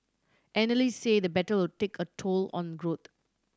analyst say the battle will take a toll on growth